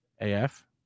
A-F